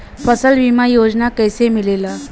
फसल बीमा योजना कैसे मिलेला?